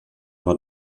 war